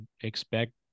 expect